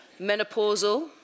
menopausal